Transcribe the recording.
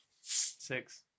Six